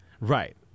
Right